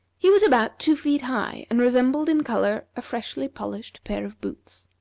he was about two feet high, and resembled in color a freshly polished pair of boots.